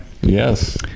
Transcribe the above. Yes